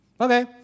Okay